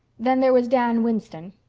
then there was dan winston.